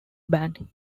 band